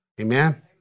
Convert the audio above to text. Amen